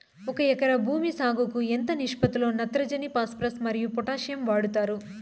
ఒక ఎకరా భూమి సాగుకు ఎంత నిష్పత్తి లో నత్రజని ఫాస్పరస్ మరియు పొటాషియం వాడుతారు